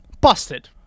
Busted